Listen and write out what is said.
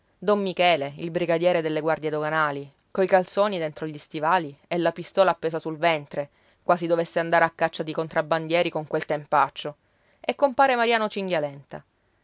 don michele il brigadiere delle guardie doganali coi calzoni dentro gli stivali e la pistola appesa sul ventre quasi dovesse andare a caccia di contrabbandieri con quel tempaccio e compare mariano